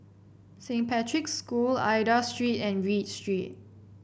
Saint Patrick's School Aida Street and Read Street